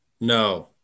No